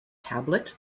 tablet